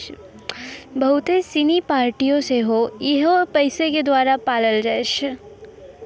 बहुते सिनी पार्टियां सेहो इहे पैसा के द्वारा पाललो जाय छै